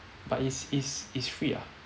but it's it's it's free ah